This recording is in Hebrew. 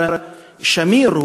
השר שמיר,